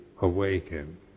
awaken